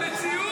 לא, זו המציאות.